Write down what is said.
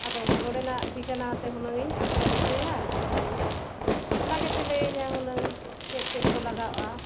ᱟᱫᱚ ᱱᱚᱸᱰᱮᱱᱟᱜ ᱴᱷᱤᱠᱟᱹᱱᱟᱛᱮ ᱦᱩᱱᱟᱹᱝᱤᱧ ᱟᱯᱰᱮᱴ ᱦᱚᱪᱚᱭᱟ ᱟᱫᱚ ᱚᱱᱟ ᱜᱮᱯᱮ ᱞᱟᱹᱭᱟᱹᱧᱟ ᱦᱩᱱᱟᱹᱝ ᱪᱮᱫ ᱪᱮᱫ ᱠᱚ ᱞᱟᱜᱟᱜᱼᱟ